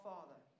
Father